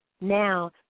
now